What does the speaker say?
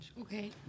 Okay